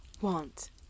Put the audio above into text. want